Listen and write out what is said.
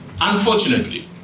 Unfortunately